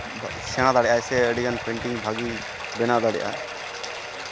ᱥᱮᱬᱟ ᱫᱟᱲᱮᱭᱟᱜ ᱟᱭ ᱥᱮ ᱟᱹᱰᱤᱜᱟᱱ ᱯᱮᱱᱴᱤᱝ ᱵᱷᱟᱹᱜᱤ ᱵᱮᱱᱟᱣ ᱫᱟᱲᱮᱭᱟᱜᱼᱟ